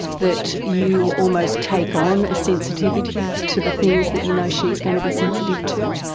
that you almost take on a sensitivity to the things that you know she is going to be sensitive to?